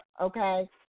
okay